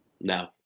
No